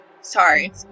Sorry